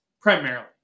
primarily